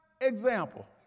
example